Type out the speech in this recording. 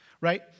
right